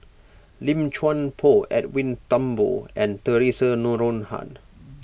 Lim Chuan Poh Edwin Thumboo and theresa Noronha